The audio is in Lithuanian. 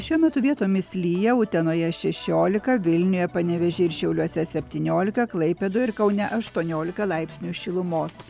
šiuo metu vietomis lyja utenoje šešiolika vilniuje panevėžyje ir šiauliuose septyniolika klaipėdoje ir kaune aštuoniolika laipsnių šilumos